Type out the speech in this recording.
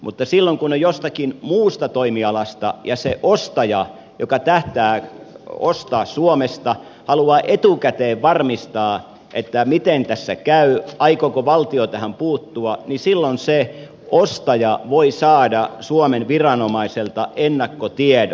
mutta silloin kun on jostakin muusta toimialasta kyse ja se ostaja joka tähtää ostamaan suomesta haluaa etukäteen varmistaa miten tässä käy aikooko valtio tähän puuttua niin silloin se ostaja voi saada suomen viranomaiselta ennakkotiedon